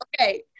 Okay